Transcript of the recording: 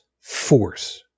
force